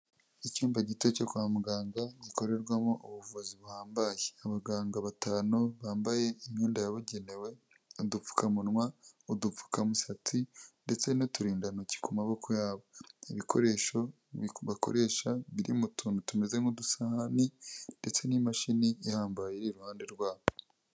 Icyumba gito cyo kwa muganga gikorerwamo ubuvuzi buhambaye, abaganga batanu bambaye imyenda yabugenewe, udupfukamunwa, udupfukamusatsi ndetse n'uturindantoki ku maboko yabo, ibikoresho bakoresha biri mu tuntu tumeze nk'udusahani ndetse n'imashini ihambaye iri iruhande rwabo.